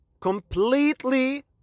completely